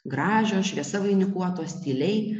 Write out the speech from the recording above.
gražios šviesa vainikuotos tyliai